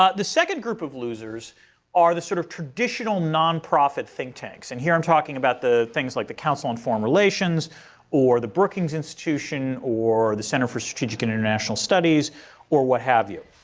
ah the second group of losers are the sort of traditional nonprofit think tanks. and here i'm talking about things like the council on foreign relations or the brookings institution or the center for strategic and international studies or what have you.